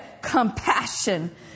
compassion